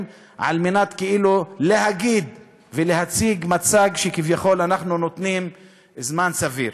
על מנת להגיד ולהציג מצג שכביכול אנחנו נותנים זמן סביר.